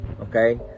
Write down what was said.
okay